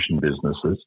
businesses